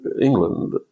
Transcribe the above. England